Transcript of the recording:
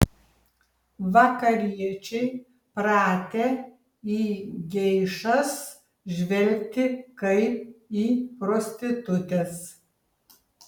vakariečiai pratę į geišas žvelgti kaip į prostitutes